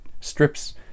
strips